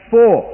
Four